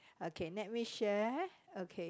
okay let me share okay